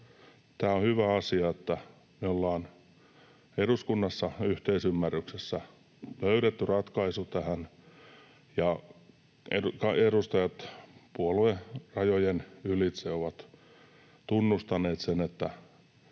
Tämä on hyvä asia, että me ollaan eduskunnassa yhteisymmärryksessä löydetty ratkaisu tähän ja edustajat puoluerajojen ylitse ovat tunnustaneet sen, että